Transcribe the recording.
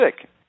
sick